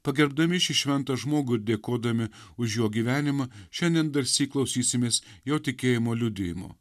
pagerbdami šį šventą žmogų ir dėkodami už jo gyvenimą šiandien darsyk klausysimės jo tikėjimo liudijimo